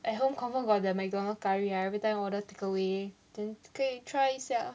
at home confirm the mcdonald curry every time order takeaway then 可以 try 一下